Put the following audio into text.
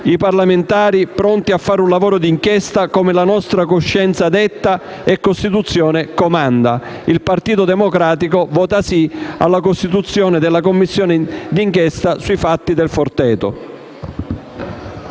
i parlamentari pronti a fare un lavoro d'inchiesta, come la nostra coscienza detta e la Costituzione comanda. Il Partito Democratico voterà a favore della costituzione della Commissione parlamentare d'inchiesta sui fatti della